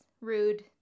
rude